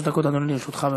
שלוש דקות, אדוני, לרשותך.